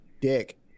dick